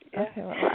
Okay